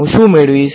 હું શુ મેળવીશ